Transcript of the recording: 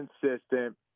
consistent